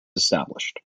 established